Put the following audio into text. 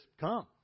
Come